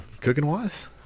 cooking-wise